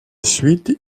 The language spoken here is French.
suite